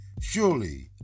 Surely